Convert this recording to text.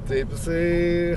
taip jisai